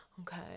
okay